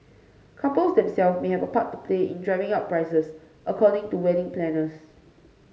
couples themselves may have a part to play in driving up prices according to wedding planners